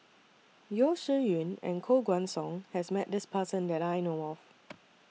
Yeo Shih Yun and Koh Guan Song has Met This Person that I know of